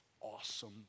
awesome